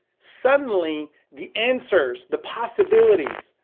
suddenly the answers, the possibilities,